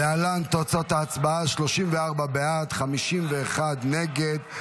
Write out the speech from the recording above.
להלן תוצאות ההצבעה: 34 בעד, 51 נגד.